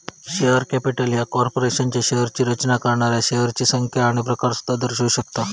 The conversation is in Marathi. शेअर कॅपिटल ह्या कॉर्पोरेशनच्या शेअर्सची रचना करणाऱ्या शेअर्सची संख्या आणि प्रकार सुद्धा दर्शवू शकता